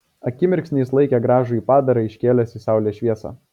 akimirksnį jis laikė gražųjį padarą iškėlęs į saulės šviesą